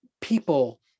people